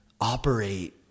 operate